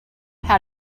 how